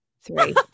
three